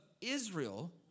Israel